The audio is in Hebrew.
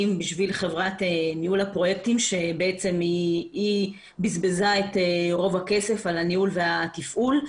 בשביל חברת ניהול הפרויקטים שבזבזה את רוב הכסף על הניהול והתפעול.